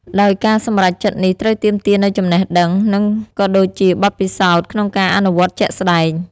ដោយការសម្រេចចិត្តនេះត្រូវទាមទារនូវចំណេះដឹង និងក៏ដូចជាបទពិសោធន៍ក្នុងការអនុវត្តជាក់ស្តែង។